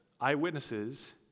eyewitnesses